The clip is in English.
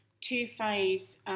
two-phase